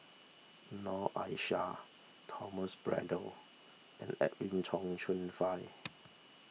Noor Aishah Thomas Braddell and Edwin Tong Chun Fai